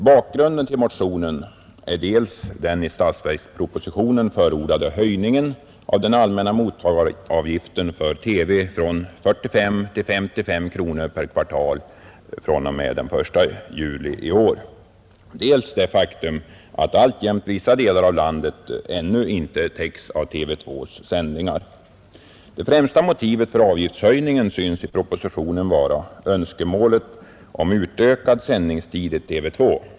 Bakgrunden till motionen är dels den i statsverkspropositionen förordade höjningen av den allmänna mottagaravgiften för TV från 45 till SS kronor per kvartal från och med den 1 juli, dels det faktum att alltjämt vissa delar av vårt land inte täcks av TV 2:s sändningar. Det främsta motivet för avgiftshöjningen synes i propositionen vara önskemålet om utökad sändningstid i TV 2.